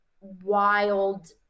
wild